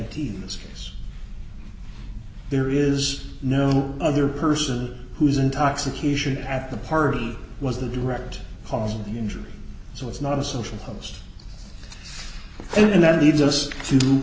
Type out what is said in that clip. case there is no other person who's intoxication at the party was the direct cause of the injury so it's not a social post and that leads us to